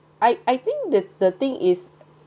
I I think the the thing is